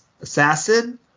Assassin